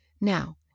Now